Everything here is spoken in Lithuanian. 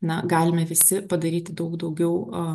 na galime visi padaryti daug daugiau